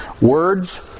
words